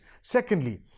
Secondly